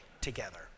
together